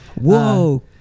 Whoa